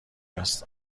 است